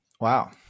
Wow